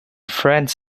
friends